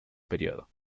período